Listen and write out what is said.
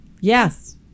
yes